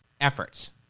efforts